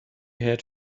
had